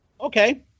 Okay